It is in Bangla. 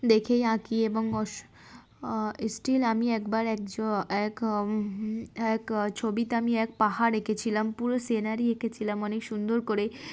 দেখেই আঁকি এবং স্টিল আমি একবার এক জ এক এক ছবিতে আমি এক পাহাড় এঁকেছিলাম পুরো সিনারি এঁকেছিলাম অনেক সুন্দর করে